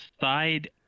side